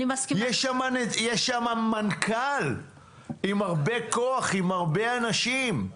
יש שם מנכ"ל, עם הרבה כוח עם הרבה אנשים.